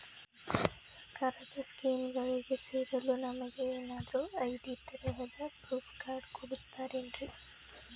ಸರ್ಕಾರದ ಸ್ಕೀಮ್ಗಳಿಗೆ ಸೇರಲು ನಮಗೆ ಏನಾದ್ರು ಐ.ಡಿ ತರಹದ ಪ್ರೂಫ್ ಕಾರ್ಡ್ ಕೊಡುತ್ತಾರೆನ್ರಿ?